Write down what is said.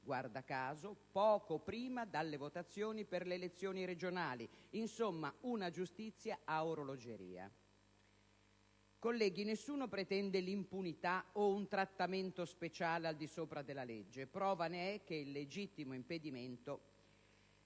guarda caso poco prima delle votazioni per le elezioni regionali. Insomma, una giustizia ad orologeria. Colleghi, nessuno pretende l'impunità o un trattamento speciale al di sopra della legge: prova ne sia che il legittimo impedimento